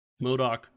Modok